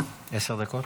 2024. תודה.